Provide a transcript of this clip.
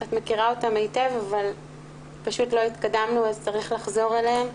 שאת מכירה אותם היטב אבל פשוט לא התקדמנו אז צריך לחזור אליהם.